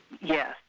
Yes